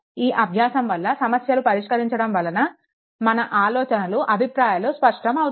ఈ అభ్యాసం వల్ల సమస్యలు పరిష్కరించడం వలన మన ఆలోచనలు అభిప్రాయాలు స్పష్టం అవుతాయి